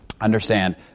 Understand